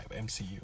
MCU